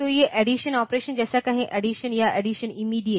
तो ये addition operation जैसे कहे अड्डीसन या अड्डीसन इमीडियेट